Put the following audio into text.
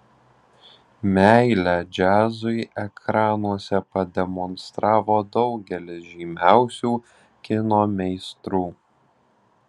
meilę džiazui ekranuose pademonstravo daugelis žymiausių kino meistrų